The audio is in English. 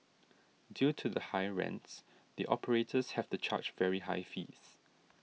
due to the high rents the operators have to charge very high fees